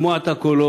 לשמוע את הקולות.